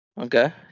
okay